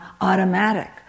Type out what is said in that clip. automatic